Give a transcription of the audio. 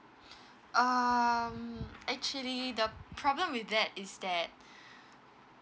um actually the problem with that is that